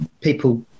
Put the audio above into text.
people